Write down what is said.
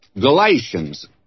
Galatians